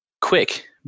quick